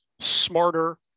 smarter